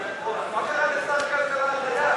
מה קרה לשר הכלכלה החדש?